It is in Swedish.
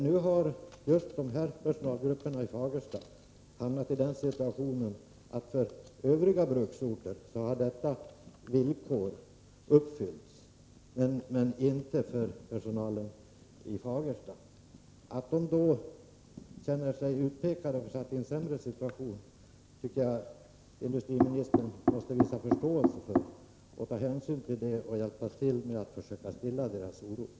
Nu har just dessa personalgrupper i Fagersta hamnat i den situationen att detta villkor uppfyllts för övriga bruksorter men inte för Fagersta. Att man i Fagersta då känner sig utpekad och försatt i en sämre situation tycker jag industriministern måste visa förståelse för och ta hänsyn till och även försöka stilla oron.